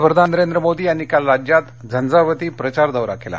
पंतप्रधान नरेंद्र मोदी यांनी काल राज्यात झंजावती प्रचार दौरा केला